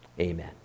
Amen